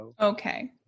Okay